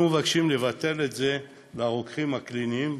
אנחנו מבקשים לבטל את זה לגבי הרוקחים הקליניים,